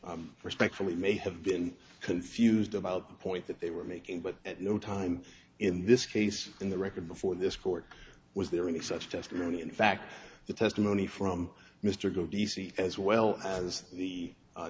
judge respectfully may have been confused about the point that they were making but at no time in this case in the record before this court was there any such testimony in fact the testimony from mr goh d c as well as the